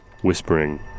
whispering